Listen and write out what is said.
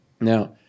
Now